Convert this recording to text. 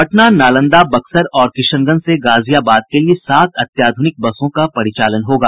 पटना नालंदा बक्सर और किशनगंज से गाजियाबाद के लिए सात अत्याधुनिक बसों का परिचालन होगा